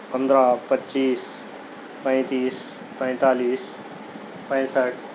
پندرہ پچیس پینتیس پینتالیس پینسٹھ